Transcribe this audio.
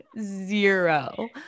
Zero